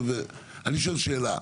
אני שואל שאלה.